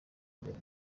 imbere